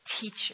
teacher